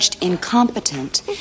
Incompetent